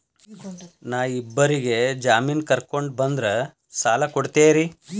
ನಾ ಇಬ್ಬರಿಗೆ ಜಾಮಿನ್ ಕರ್ಕೊಂಡ್ ಬಂದ್ರ ಸಾಲ ಕೊಡ್ತೇರಿ?